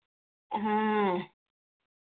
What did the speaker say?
हाँ